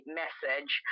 message